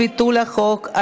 ביטול החוק),